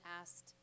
asked